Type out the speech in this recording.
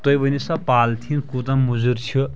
تُہۍ ؤنِو سا پالتھیٖن کوٗتاہ مُضر چھِ